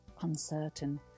uncertain